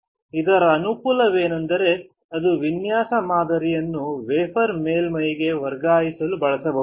ಇದರ ಅನುಕೂಲವೆಂದರೆ ಅದು ವಿನ್ಯಾಸ ಮಾದರಿಯನ್ನು ವೇಫರ್ ಮೇಲ್ಮೈಗೆ ವರ್ಗಾಯಿಸಲು ಬಳಸಬಹುದು